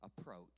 approach